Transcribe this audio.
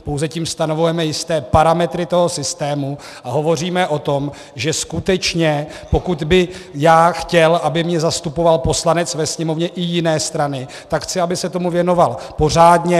Pouze tím stanovujeme jisté parametry toho systému a hovoříme o tom, že skutečně, pokud bych já chtěl, aby mě zastupoval ve Sněmovně poslanec i jiné strany, tak chci, aby se tomu věnoval pořádně.